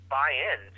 buy-in